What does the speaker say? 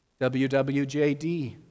WWJD